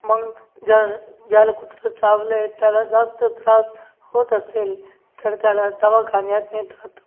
मग ज्यार ज्याला कुत्रं चावलं आहे त्याला जास्त त्रास होत असेल तर त्याला दवाखान्यात नेतात